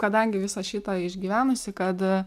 kadangi visą šitą išgyvenusi kad